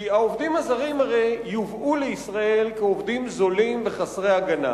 כי העובדים הזרים הרי יובאו לישראל כעובדים זולים וחסרי הגנה.